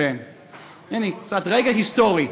קצת, רגע היסטורי.